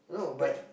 but